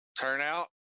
turnout